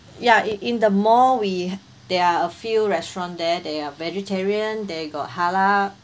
ya it in the more we there are a few restaurant there they are vegetarian there got halal